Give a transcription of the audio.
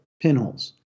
Pinholes